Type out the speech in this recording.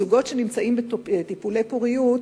זוגות בטיפולי פוריות,